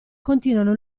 continuano